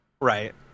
Right